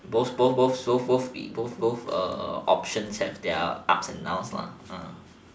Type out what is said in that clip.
both both both both both options have their ups and down lah